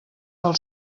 del